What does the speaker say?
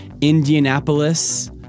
Indianapolis